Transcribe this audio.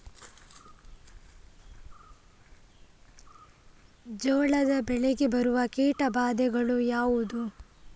ಜೋಳದ ಬೆಳೆಗೆ ಬರುವ ಕೀಟಬಾಧೆಗಳು ಯಾವುವು?